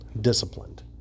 disciplined